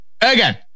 again